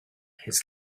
his